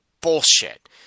Bullshit